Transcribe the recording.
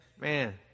man